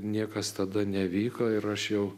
niekas tada nevyko ir aš jau